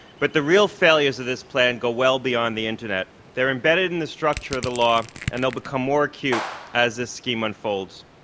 but the real failures of this plan go well beyond the internet. they're imbedded in the structure of the law and they'll become more acute as this scheme unfolds.